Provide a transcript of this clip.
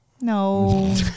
No